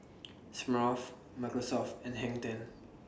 Smirnoff Microsoft and Hang ten